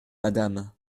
madame